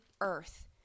earth